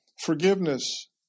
forgiveness